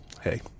hey